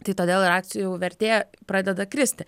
tai todėl ir akcijų vertė pradeda kristi